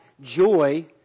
Joy